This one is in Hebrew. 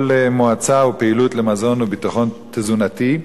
אני רוצה להודיע שאנחנו בעד כל מועצה ופעילות למזון וביטחון תזונתי.